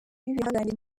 b’ibihangange